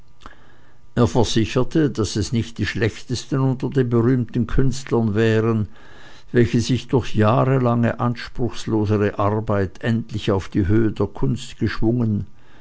er versicherte daß es nicht die schlechtesten unter den berühmten künstlern wären welche sich durch jahrelange anspruchlosere arbeit endlich auf die höhe der kunst geschwungen